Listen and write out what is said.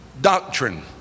Doctrine